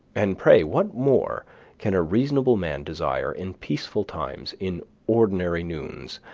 and pray what more can a reasonable man desire, in peaceful times, in ordinary noons,